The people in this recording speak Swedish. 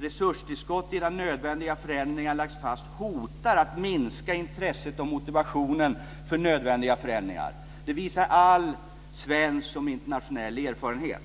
Resurstillskott innan nödvändiga förändringar lagts fast hotar att minska intresset och motivationen för nödvändiga förändringar. Det visar all svensk som internationell erfarenhet.